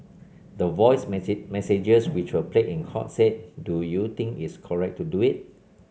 the voice messages which were played in court said do you think its correct to do it